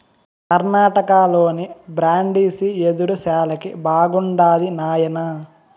కర్ణాటకలోని బ్రాండిసి యెదురు శాలకి బాగుండాది నాయనా